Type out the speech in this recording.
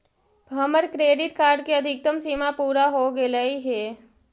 हमर credit card के अधिकतम सीमा पूरा हो गेलई हे